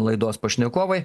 laidos pašnekovai